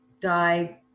die